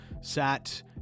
Sat